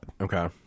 Okay